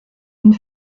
une